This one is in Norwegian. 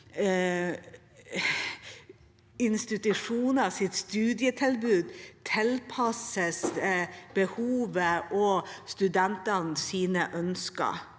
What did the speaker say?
institusjoners studietilbud tilpasses behovet og studentenes ønsker.